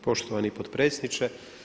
Poštovani potpredsjedniče.